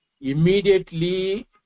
immediately